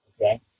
okay